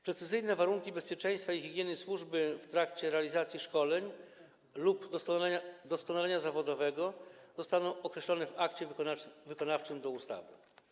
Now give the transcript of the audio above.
Precyzyjne warunki bezpieczeństwa i higieny służby w trakcie realizacji szkoleń lub doskonalenia zawodowego zostaną określone w akcie wykonawczym do ustawy.